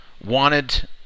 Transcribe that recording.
wanted